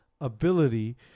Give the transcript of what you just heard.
ability